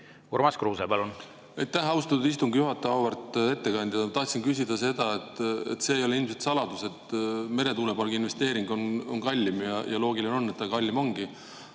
Urmas Kruuse, palun!